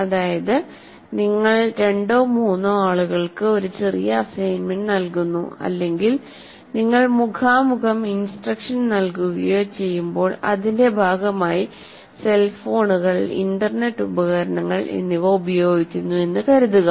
അതായത് നിങ്ങൾ രണ്ടോ മൂന്നോ ആളുകൾക്ക് ഒരു ചെറിയ അസൈൻമെൻറ് നൽകുന്നു അല്ലെങ്കിൽ നിങ്ങൾ മുഖാമുഖം ഇൻസ്ട്രക്ഷൻ നൽകുകയോ ചെയ്യുമ്പോൾ അതിന്റെ ഭാഗമായി സെൽഫോണുകൾഇന്റർനെറ്റ് ഉപകരണങ്ങൾ ഉപയോഗിക്കുന്നു എന്ന് കരുതുക